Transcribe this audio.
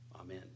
amen